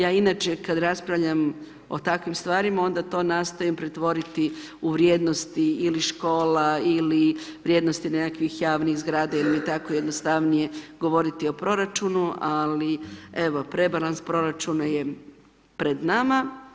Ja inače kad raspravljam o takvim stvarima, onda to nastojim pretvoriti u vrijednosti ili škola ili vrijednosti nekakvih javnih zgrada jel mi je tako jednostavnije govoriti o proračunu, ali evo, rebalans proračuna je pred nama.